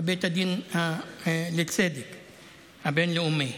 בית הדין לצדק הבין-לאומי,